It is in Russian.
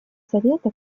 совета